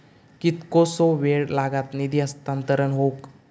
कितकोसो वेळ लागत निधी हस्तांतरण हौक?